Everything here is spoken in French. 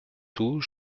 tout